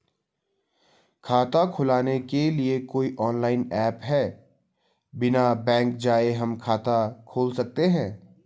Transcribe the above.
खाता खोलने के लिए कोई ऑनलाइन ऐप है बिना बैंक जाये हम खाता खोल सकते हैं?